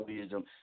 wisdom